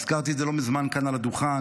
הזכרתי את זה לא מזמן כאן על הדוכן,